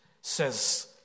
says